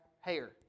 hair